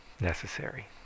necessary